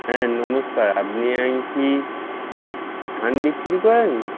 হ্যাঁ নমস্কার আপনি ওই কি ধান বিক্রি করেন